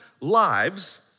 lives